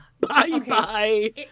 Bye-bye